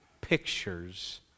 pictures